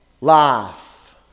life